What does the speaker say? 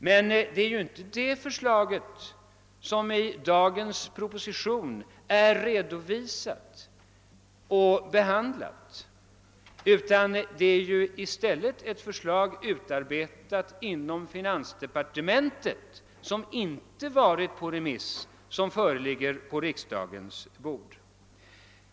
Men det är ju inte det, som är redovisat och behandlat i dagens proposition. Det är i stället ett förslag utarbetat inom finansdepartementet — och det har inte varit på remiss — som ligger på riksdagens bord.